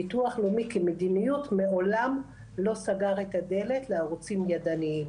ביטוח לאומי כמדיניות מעולם לא סגר את הדלת לערוצים ידניים.